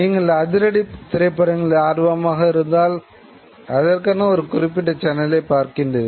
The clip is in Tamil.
நீங்கள் அதிரடி திரைப்படங்களில் ஆர்வமாக இருந்தால் அதற்கான ஒரு குறிப்பிட்ட சேனலை பார்க்கின்றீர்கள்